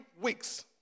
weeks